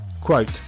Quote